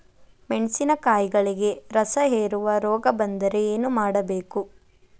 ಮೆಣಸಿನಕಾಯಿಗಳಿಗೆ ರಸಹೇರುವ ರೋಗ ಬಂದರೆ ಏನು ಮಾಡಬೇಕು?